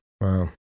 Wow